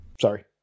sorry